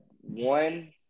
one